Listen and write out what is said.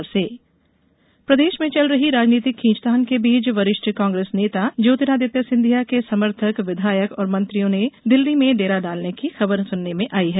प्रदेश राजनीति प्रदेश में चल रही राजनीतिक खींचतान के बीच वरिष्ठ कांग्रेस नेता ज्योतिरादित्य सिंधिया के समर्थक विधायक और मंत्रियों के दिल्ली में डेरा डालने की खबर है